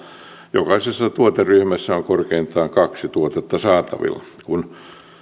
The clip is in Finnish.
jokaisessa tuoteryhmässä on korkeintaan kaksi tuotetta saatavilla kun